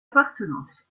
appartenance